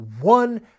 one